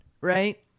right